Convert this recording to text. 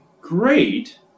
great